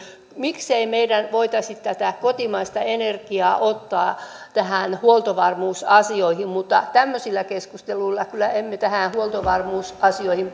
miksei meillä voitaisi tätä kotimaista energiaa ottaa näihin huoltovarmuusasioihin mutta tämmöisillä keskusteluilla kyllä emme näihin huoltovarmuusasioihin